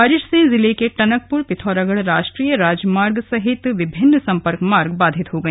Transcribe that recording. बारिश से जिले के टनकपुर पिथौरागढ़ राष्ट्रीय राजमार्ग सहित विभिन्न सम्पर्क मार्ग बाधित हो गए